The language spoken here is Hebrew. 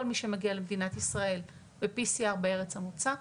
מי שמגיע למדינת ישראל ב-PCR בארץ המוצא.